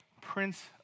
Prince